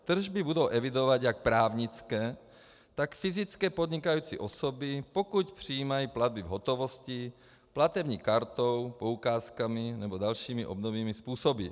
Tržby budou evidovat jak právnické, tak fyzické podnikající osoby, pokud přijímají platby v hotovosti, platební kartou, poukázkami nebo dalšími obdobnými způsoby.